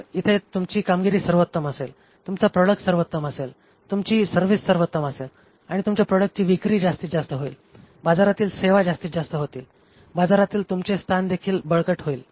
तर इथे तुमची कामगिरी सर्वोत्तम असेल तुमचा प्रोडक्ट सर्वोत्तम असेल तुमची सर्विस सर्वोत्तम असेल त्यामुळे तुमच्या प्रोडक्टची विक्री जास्तीतजास्त होईल बाजारातील सेवा जास्तीतजास्त होतील आणि बाजारातील तुमचे स्थानदेखील बळकट होईल